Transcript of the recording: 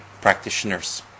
practitioners